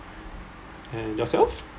and yourself